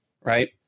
right